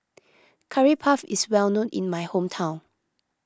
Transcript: Curry Puff is well known in my hometown